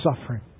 suffering